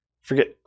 forget